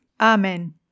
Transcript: Amen